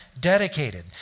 dedicated